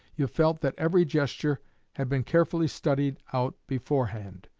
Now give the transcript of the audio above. you felt that every gesture had been carefully studied out beforehand.